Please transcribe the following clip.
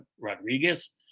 rodriguez